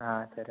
సరే